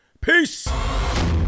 Peace